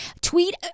Tweet